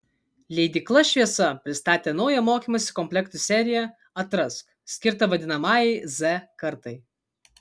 leidykla šviesa pristatė naują mokymosi komplektų seriją atrask skirtą vadinamajai z kartai